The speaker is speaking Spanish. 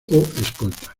escolta